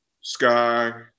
Sky